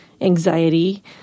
anxiety